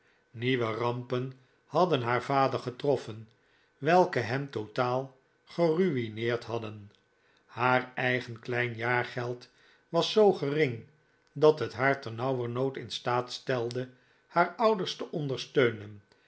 nieuwe rampen hadden haar vader getroffen welke hem totaal geruineerd hadden haar eigen klein jaargeld was zoo gering dat het haar ternauwernood in staat stelde haar ouders te ondersteunen